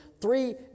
three